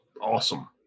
awesome